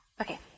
Okay